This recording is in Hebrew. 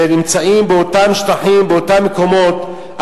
שנמצאים באותם שטחים, באותם מקומות.